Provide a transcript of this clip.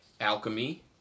alchemy